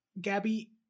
Gabby